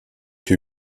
que